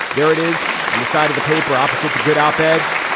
there it is on the side of the paper opposite the good op ed's.